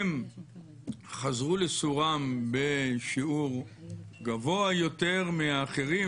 הם חזרו לסורם בשיעור גבוה יותר מהאחרים?